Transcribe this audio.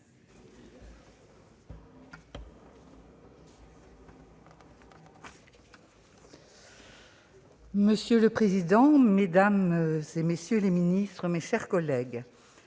Monsieur le président, mesdames, messieurs les ministres, mes chers collègues,